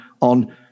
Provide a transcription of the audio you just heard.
on